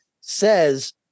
says